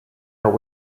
are